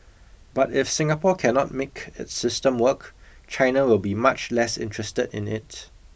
but if Singapore cannot make its system work China will be much less interested in it